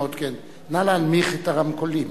נא להנמיך את הרמקולים.